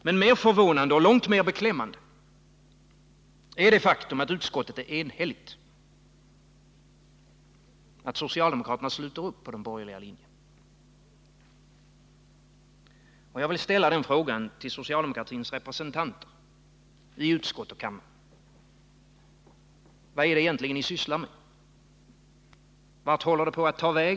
Men mer förvånande och långt mer beklämmande är det faktum att utskottet är enhälligt, att socialdemokraterna sluter upp på den borgerliga linjen.